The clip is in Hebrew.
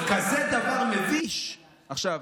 דבר מביש כל כך.